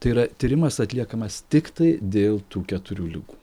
tai yra tyrimas atliekamas tiktai dėl tų keturių ligų